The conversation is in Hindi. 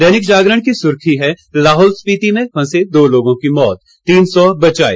दैनिक जागरण की सुर्खी है लाहौल स्पीति में फंसे दो लोगों की मौत तीन सौ बचाए